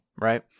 right